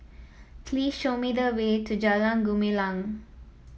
please show me the way to Jalan Gumilang